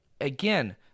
again